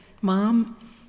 mom